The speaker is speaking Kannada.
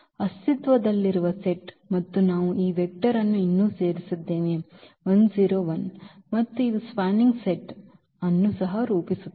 ಅಸ್ತಿತ್ವದಲ್ಲಿರುವ ಸೆಟ್ ಮತ್ತು ನಾವು ಈ ವೆಕ್ಟರ್ ಅನ್ನು ಇನ್ನೂ ಸೇರಿಸಿದ್ದೇವೆ ಮತ್ತು ಇದು spanning ಸೆಟ್ ಅನ್ನು ಸಹ ರೂಪಿಸುತ್ತಿದೆ